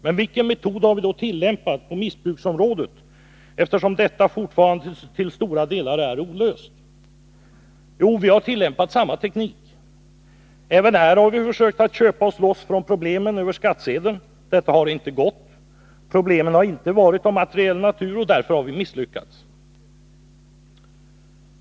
Men vilken metod har vi då tillämpat på missbruksområdet, eftersom dess problem fortfarande till stora delar är olösta? Jo, vi har tillämpat samma teknik. Även här har vi försökt att köpa oss loss från problemen över skattsedeln. Detta har inte gått. Problemen har inte varit av materiell natur, och därför har vi misslyckats.